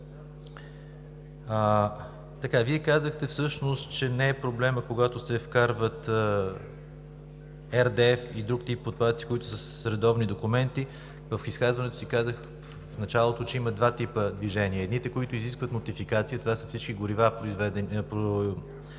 Вие казахте всъщност, че не е проблемът, когато се вкарват RDF и друг тип отпадъци, които са с редовни документи. В изказването си в началото казах, че има два типа движение. Едните, които изискват нотификация. Това са всички горива, произведени от